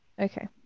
Okay